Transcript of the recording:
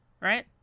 Right